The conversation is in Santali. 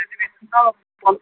ᱮᱰᱢᱤᱥᱚᱱ ᱫᱚ ᱠᱚᱢ